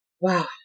Wow